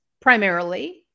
primarily